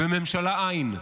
וממשלה אין.